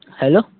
hello